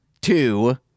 two